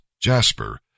jasper